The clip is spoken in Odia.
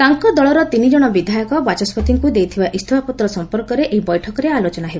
ତାଙ୍କ ଦଳର ତିନିଜଣ ବିଧାୟକ ବାଚସ୍କତିଙ୍କୁ ଦେଇଥିବା ଇସ୍ତଫାପତ୍ର ସମ୍ପର୍କରେ ଏହି ବୈଠକରେ ଆଲୋଚନା ହେବ